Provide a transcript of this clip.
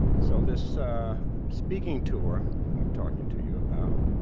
so this speaking tour that i'm talking to you about